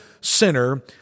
sinner